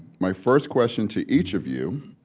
my first question to each of you,